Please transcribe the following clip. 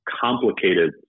complicated